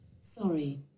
Sorry